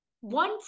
one